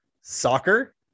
soccer